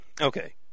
Okay